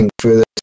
further